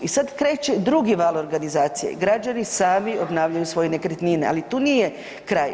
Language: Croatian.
I sada kreće drugi val organizacije, građani sami obnavljaju svoje nekretnine, ali tu nije kraj.